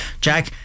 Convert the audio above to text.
Jack